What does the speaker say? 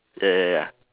ya ya ya